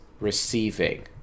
receiving